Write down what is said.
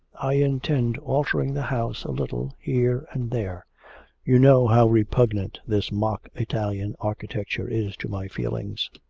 i intend altering the house a little here and there you know how repugnant this mock italian architecture is to my feelings.